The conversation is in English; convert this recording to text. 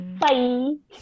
bye